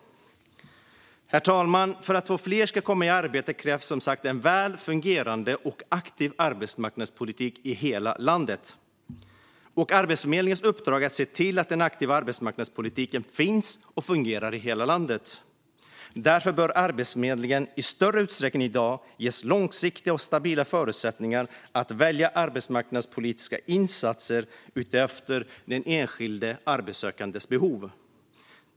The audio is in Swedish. Herr talman! För att fler ska komma i arbete krävs som sagt en väl fungerande och aktiv arbetsmarknadspolitik i hela landet. Arbetsförmedlingens uppdrag är att se till att den aktiva arbetsmarknadspolitiken finns och fungerar i hela landet. Därför bör Arbetsförmedlingen i större utsträckning än i dag ges långsiktiga och stabila förutsättningar att välja arbetsmarknadspolitiska insatser efter den enskilde arbetssökandes behov.